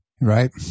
Right